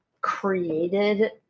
created